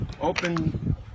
open